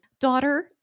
daughter